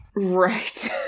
Right